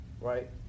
Right